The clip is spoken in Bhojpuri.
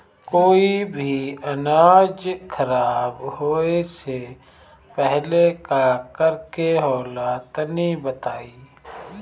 कोई भी अनाज खराब होए से पहले का करेके होला तनी बताई?